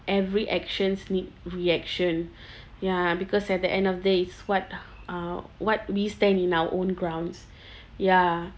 every actions need reaction ya because at the end of the day it's what uh what we stand in our own grounds ya